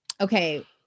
okay